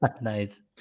Nice